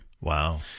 Wow